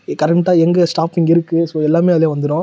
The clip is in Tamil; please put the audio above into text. எ கரண்ட்டாக எங்கே ஸ்டாப்பிங் இருக்குது ஸோ எல்லாமே அதுலேயே வந்துரும்